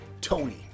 Tony